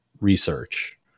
research